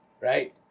Right